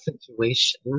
situation